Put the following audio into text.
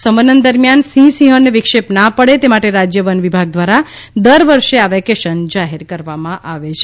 સંવનન દરમિયાન સિંહ સિંહણ ને વિક્ષેપ ના પડે તે માટે રાજ્ય વન વિભાગ દ્વારા દર વર્ષે આ વેકેશન જાહેર કરવામાં આવે છે